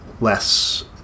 less